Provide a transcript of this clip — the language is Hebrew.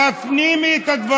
שרוצה, מגיע לו.